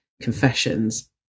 confessions